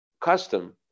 custom